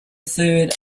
third